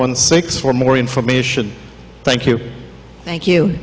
one six for more information thank you thank you